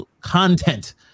content